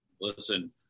Listen